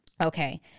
Okay